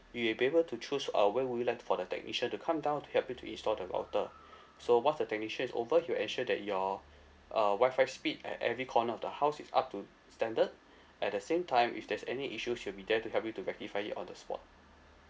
you will be able to choose uh when would you like for the technician to come down to help you to install the router so once the technician is over he will ensure that your uh WI-FI speed at every corner of the house is up to standard at the same time if there's any issues he will be there to help you to rectify it on the spot